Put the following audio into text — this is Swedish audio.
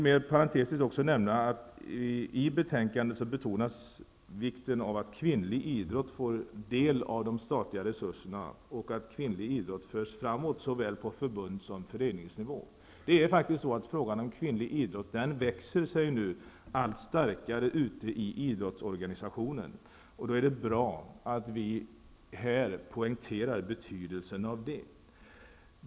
Mer parentetiskt vill jag nämna att i betänkandet betonas också vikten av att kvinnlig idrott får del av de statliga resurserna och att kvinnlig idrott förs framåt såväl på förbunds som på föreningsnivå. Frågan om kvinnlig idrott växer sig nu allt starkare ute i idrottsorganisationen. Det är bra att vi här poängterar betydelsen av det.